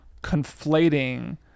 conflating